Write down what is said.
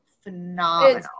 Phenomenal